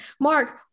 mark